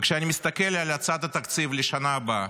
וכשאני מסתכל על הצעת התקציב לשנה הבאה,